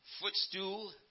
footstool